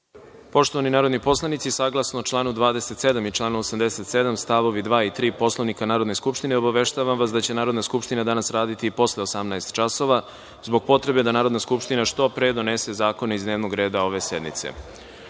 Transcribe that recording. Jerkov. Poštovani narodni poslanici saglasno članu 27. i članu 87. stavovi 2. i 3. Poslovnika Narodne skupštine obaveštavam vas da će Narodna skupština danas raditi i posle 18.00 časova zbog potrebe da Narodna skupština što pre donese zakone iz dnevnog reda ove sednice. Na